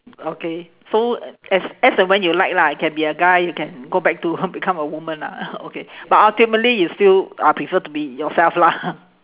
okay so as as and when you like lah you can be a guy you can go back to become a woman ah okay but ultimately you still uh prefer to be yourself lah